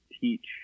teach